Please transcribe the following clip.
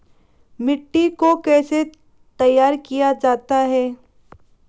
मिट्टी को कैसे तैयार किया जाता है?